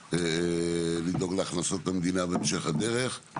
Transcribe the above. לדאוג להכנסות למדינה בהמשך הדרך,